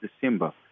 December